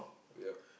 yup